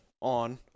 on